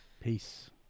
Peace